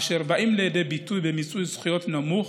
אשר באים לידי ביטוי במיצוי זכויות נמוך